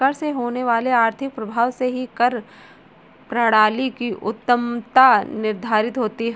कर से होने वाले आर्थिक प्रभाव से ही कर प्रणाली की उत्तमत्ता निर्धारित होती है